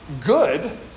good